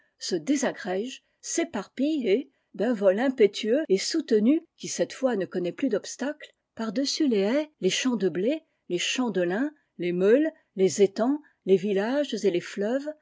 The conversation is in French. se désagrège s'éparpille et d'un vol impétueux et soutenu qui cette fois ne connaît plus d'obstacle par-dessus les haies les champs de blé les champs de lin les meules les étangs les villages et les fleuves